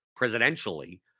presidentially